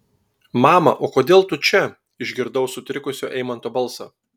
mama o kodėl tu čia išgirdau sutrikusio eimanto balsą